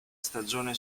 stagione